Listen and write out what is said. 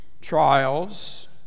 Trials